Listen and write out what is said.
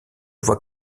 voit